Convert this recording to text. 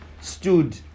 stood